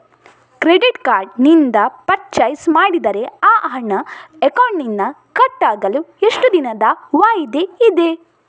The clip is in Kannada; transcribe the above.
ಕ್ರೆಡಿಟ್ ಕಾರ್ಡ್ ನಿಂದ ಪರ್ಚೈಸ್ ಮಾಡಿದರೆ ಆ ಹಣ ಅಕೌಂಟಿನಿಂದ ಕಟ್ ಆಗಲು ಎಷ್ಟು ದಿನದ ವಾಯಿದೆ ಇದೆ?